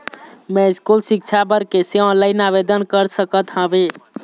मैं स्कूल सिक्छा बर कैसे ऑनलाइन आवेदन कर सकत हावे?